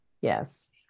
Yes